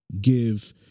give